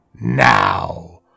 Now